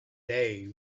they